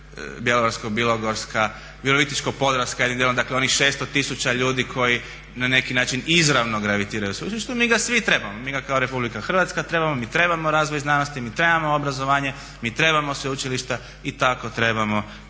Bjelovarsko-bilogorska, Virovitičko-podravska, jednim djelom dakle onih 600 tisuća ljudi koji na neki način izravno gravitiraju sveučilištem, mi ga svi trebamo, mi ga kao RH trebamo, mi trebamo razvoj znanost, mi trebamo obrazovanje, mi trebamo sveučilišta i tako trebamo